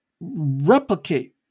replicate